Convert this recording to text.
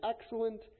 excellent